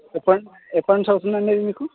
ఎప్పండ్ ఎప్పటి నుంచి వస్తుంది అండి అది మీకు